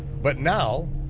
but now,